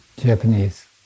Japanese